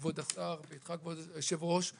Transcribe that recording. כבוד השר,